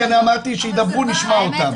כי אני אמרתי שידברו נשמע אותם.